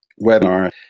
webinar